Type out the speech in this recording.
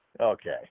okay